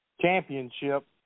championship